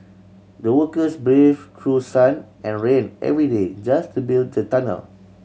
the workers brave through sun and rain every day just to build the tunnel